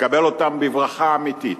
יקבל אותם בברכה אמיתית,